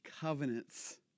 covenants